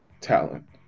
talent